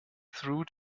through